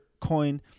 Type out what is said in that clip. coin